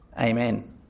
Amen